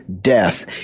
death